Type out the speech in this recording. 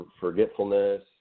forgetfulness